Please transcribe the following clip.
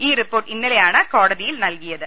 ഈ റിപ്പോർട്ട് ഇന്നലെയാണ് കോടതിയിൽ നൽകിയത്